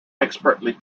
expertly